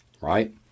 right